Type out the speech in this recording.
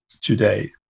today